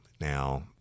Now